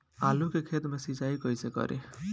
आलू के खेत मे सिचाई कइसे करीं?